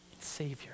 Savior